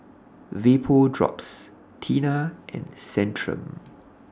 Vapodrops Tena and Centrum